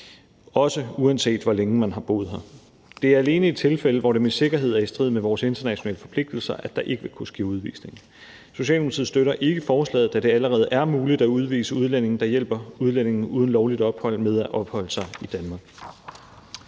også uanset hvor længe man har boet her. Det er alene i tilfælde, hvor det med sikkerhed er i strid med vores internationale forpligtelser, at der ikke kan ske udvisning. Socialdemokratiet støtter ikke forslaget, da det allerede er muligt at udvise udlændinge, der hjælper udlændinge uden lovligt ophold med at opholde sig i Danmark.